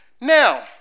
Now